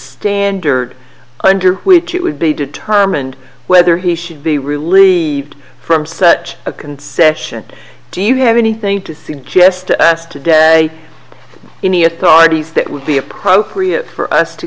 standard under which it would be determined whether he should be relieved from such a concession do you have anything to suggest to us today any authorities that would be appropriate for us to